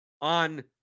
on